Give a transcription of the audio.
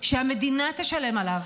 שהמדינה תשלם עליו,